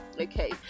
okay